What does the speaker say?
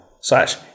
slash